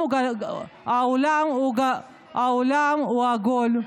איך ליברמן, העולם הוא עגול,